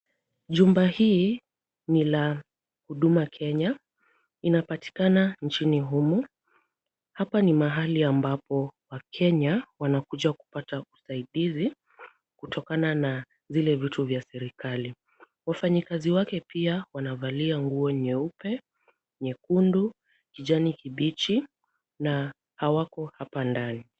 Jumba hii ni la huduma Kenya. Inapatikana nchini humu. Hapa ni mahali ambapo wakenya wanakuja kupata usaidizi kutokana na zile vitu vya serikali. Wafanyikazi wake pia wanavalia nguo nyeupe, nyekundu, kijani kibichi na hawako hapa ndani.